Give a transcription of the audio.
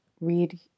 read